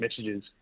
messages